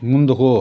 ముందుకు